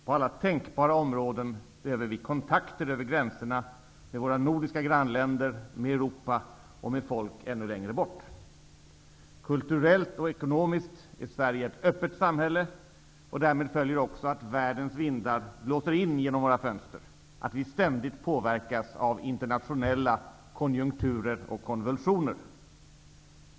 På alla tänkbara områden behöver vi kontakter över gränserna, med våra nordiska grannländer, med Europa och med folk ännu längre bort. Kulturellt och ekonomiskt är Sverige ett öppet samhälle, och därmed följer också att världens vindar blåser in genom våra fönster, att vi ständigt påverkas av internationella konjunkturer och konvulsioner.